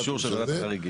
האוכלוסין.